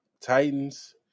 Titans